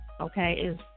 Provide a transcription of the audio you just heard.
Okay